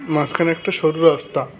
মাঝখানে একটা সরু রাস্তা